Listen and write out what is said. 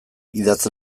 idatz